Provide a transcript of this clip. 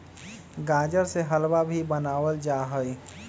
गाजर से हलवा भी बनावल जाहई